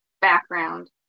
background